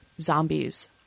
zombies